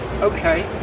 Okay